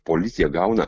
policija gauna